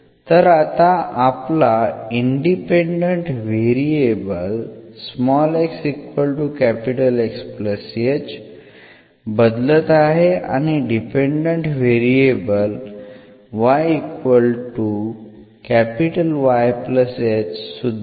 तर आता आपला इंडिपेंडंट व्हेरिएबल बदलत आहे आणि डिपेंडंट व्हेरिएबल सुद्धा